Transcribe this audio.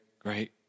great